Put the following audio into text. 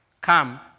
come